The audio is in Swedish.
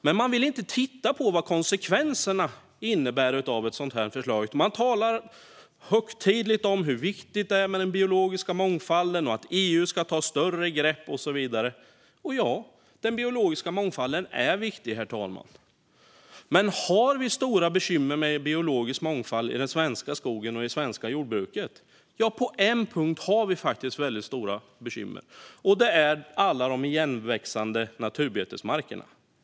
Men man vill inte titta på vad konsekvenserna av ett sådant här förslag innebär. Man talar högtidligt om hur viktigt det är med den biologiska mångfalden och om att EU ska ta större grepp och så vidare. Ja, den biologiska mångfalden är viktig, herr talman, men har vi stora bekymmer med biologisk mångfald i den svenska skogen och det svenska jordbruket? Ja, på en punkt har vi faktiskt väldigt stora bekymmer, och det gäller alla de igenväxande naturbetesmarkerna.